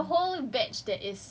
exactly and it's like a whole